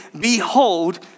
Behold